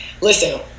Listen